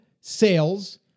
sales